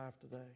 today